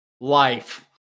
life